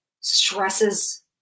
stresses